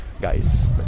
guys